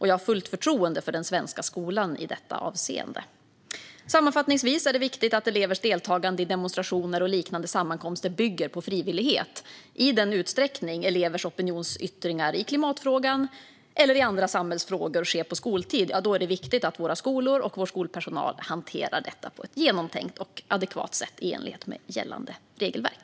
Jag har fullt förtroende för den svenska skolan i detta avseende. Sammanfattningsvis är det viktigt att elevers deltagande i demonstrationer och liknande sammankomster bygger på frivillighet. I den utsträckning elevers opinionsyttringar i klimatfrågan eller andra samhällsfrågor sker på skoltid är det viktigt att våra skolor och vår skolpersonal hanterar detta på ett genomtänkt och adekvat sätt i enlighet med gällande regelverk.